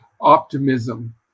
optimism